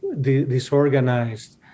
disorganized